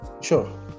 Sure